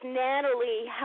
natalie